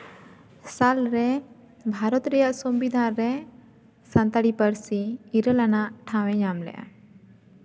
ᱥᱟᱞᱨᱮ ᱵᱷᱟᱨᱚᱛ ᱨᱮᱭᱟᱜ ᱥᱚᱝᱵᱤᱫᱷᱟᱱ ᱨᱮ ᱥᱟᱱᱛᱟᱲᱤ ᱯᱟᱹᱨᱥᱤ ᱤᱨᱟᱹᱞ ᱟᱱᱟᱜ ᱴᱷᱟᱶ ᱮ ᱧᱟᱢ ᱞᱮᱜᱼᱟ